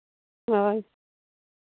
ᱦᱳᱭ